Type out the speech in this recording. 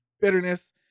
bitterness